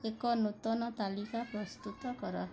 ଏକ ନୂତନ ତାଲିକା ପ୍ରସ୍ତୁତ କର